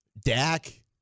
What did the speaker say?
Dak